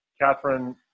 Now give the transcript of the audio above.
Catherine